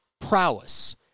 prowess